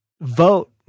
vote